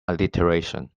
alliteration